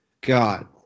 God